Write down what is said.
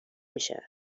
میشه